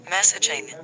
Messaging